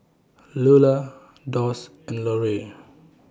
Lula Doss and Larue